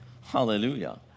hallelujah